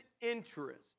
interest